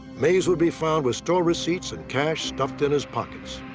mays would be found with stone receipts and cash stuffed in his pockets.